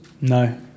no